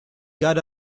got